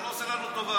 אתה לא עושה לנו טובה.